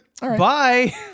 Bye